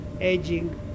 aging